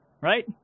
Right